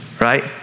right